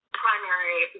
primary